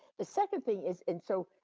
the second thing is and so,